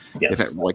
Yes